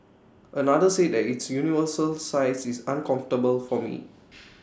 another said that its universal size is uncomfortable for me